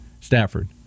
stafford